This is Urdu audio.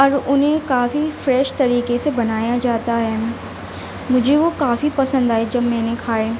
اور انہیں کافی فریش طریقے سے بنایا جاتا ہے مجھے وہ کافی پسند آئے جب میں نے کھائے